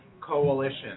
coalition